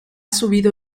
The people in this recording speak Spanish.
subido